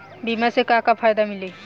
बीमा से का का फायदा मिली?